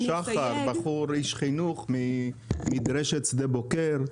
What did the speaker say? שחר, איש חינוך ממדרשת שדה בוקר.